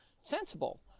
sensible